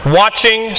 watching